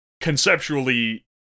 conceptually